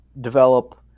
develop